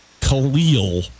Khalil